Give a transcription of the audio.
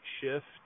Shift